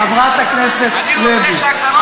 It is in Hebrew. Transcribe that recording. רגע, שנייה, מה?